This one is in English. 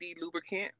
lubricant